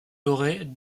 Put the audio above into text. aurait